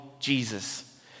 Jesus